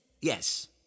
Yes